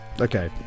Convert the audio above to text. Okay